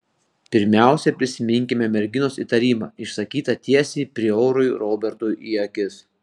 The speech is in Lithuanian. pirmiausia prisiminkime merginos įtarimą išsakytą tiesiai priorui robertui į akis